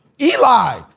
Eli